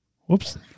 Whoops